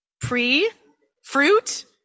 Pre-fruit